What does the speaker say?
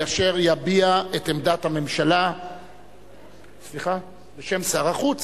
אשר יביע את עמדת הממשלה בשם שר החוץ.